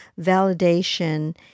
validation